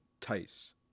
Tice